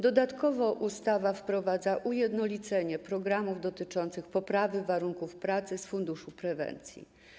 Dodatkowo ustawa wprowadza ujednolicenie programów dotyczących poprawy warunków pracy z funduszu prewencji.